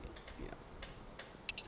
ya